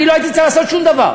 אני לא הייתי צריך לעשות שום דבר.